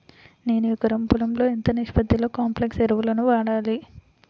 నేను ఎకరం పొలంలో ఎంత నిష్పత్తిలో కాంప్లెక్స్ ఎరువులను వాడాలి?